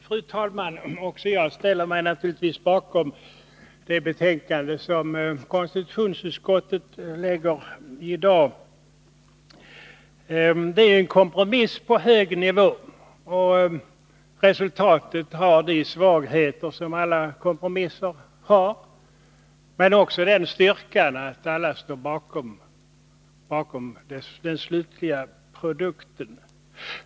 Fru talman! Också jag ställer mig naturligtvis bakom det betänkande från konstitutionsutskottet som vi behandlar i dag. Det är en kompromiss på hög nivå. Och resultatet har de svagheter som alla kompromisser har men också den styrkan att alla står bakom den slutliga produkten.